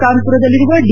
ಕಾನ್ಪುರದಲ್ಲಿರುವ D